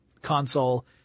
console